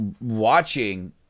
watching